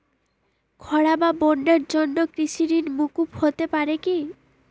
খরা বা বন্যার জন্য কৃষিঋণ মূকুপ হতে পারে কি?